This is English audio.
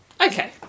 Okay